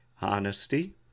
Honesty